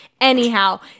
Anyhow